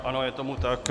Ano, je tomu tak.